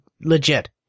legit